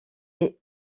est